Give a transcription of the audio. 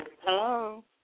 Hello